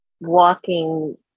walking